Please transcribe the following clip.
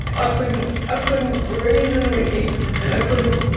i couldn't ah couldn't reason with him and i couldn't